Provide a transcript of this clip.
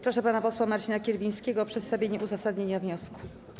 Proszę pana posła Marcina Kierwińskiego o przedstawienie uzasadnienia wniosku.